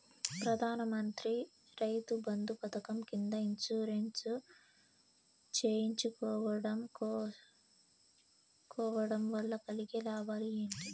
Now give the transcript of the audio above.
ప్రధాన మంత్రి రైతు బంధు పథకం కింద ఇన్సూరెన్సు చేయించుకోవడం కోవడం వల్ల కలిగే లాభాలు ఏంటి?